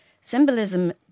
Symbolism